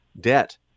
debt